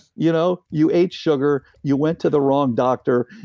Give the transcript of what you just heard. you know you ate sugar, you went to the wrong doctor,